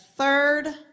third